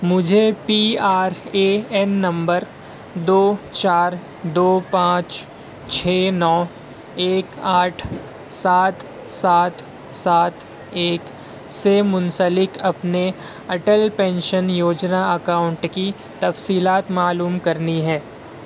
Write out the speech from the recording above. مجھے P R A N number دو چار دو پانچ چھ نو ایک آٹھ سات سات سات ایک سے منسلک اپنے اٹل پینشن یوجنا اکاؤنٹ کی تفصیلات معلوم کرنی ہے